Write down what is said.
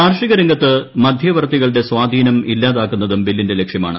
കാർഷിക രംഗ്രത്ത് മധ്യവർത്തികളുടെ സ്വാധീനം ഇല്ലാതാക്കുന്നതും ബില്ലിന്റെ ലക്ഷ്യമാണ്